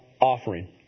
offering